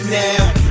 now